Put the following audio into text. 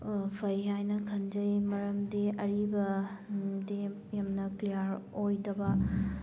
ꯐꯩ ꯍꯥꯏꯅ ꯈꯟꯖꯩ ꯃꯔꯝꯗꯤ ꯑꯔꯤꯕ ꯗꯤ ꯌꯥꯝꯅ ꯀ꯭ꯂꯤꯌꯥꯔ ꯑꯣꯏꯗꯕ